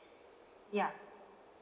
ya